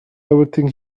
everything